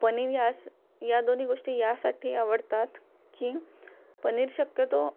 पनीर यास या दोन्ही गोष्टी यासाठी आवडतात की पनीर शक्यतो